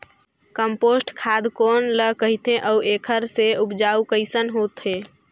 Compost खाद कौन ल कहिथे अउ एखर से उपजाऊ कैसन होत हे?